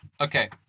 okay